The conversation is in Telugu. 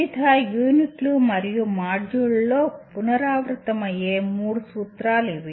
వివిధ యూనిట్లు మరియు మాడ్యూళ్ళలో పునరావృతమయ్యే మూడు సూత్రాలు ఇవి